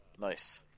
nice